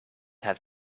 have